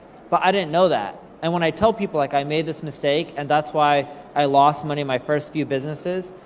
but i didn't know that. and when i tell people, like i made this mistake, and that's why i lost money my first few businesses,